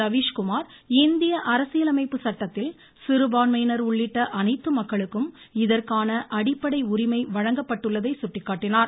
ரவீஷ்குமார் இந்திய அரசியலமைப்பு சட்டத்தில் சிறுபான்மையினர் உள்ளிட்ட அனைத்து மக்களுக்கும் இதற்கான அடிப்படை உரிமை வழங்கப்பட்டுள்ளதை சுட்டிக்காட்டினார்